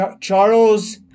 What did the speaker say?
Charles